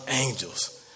angels